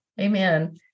Amen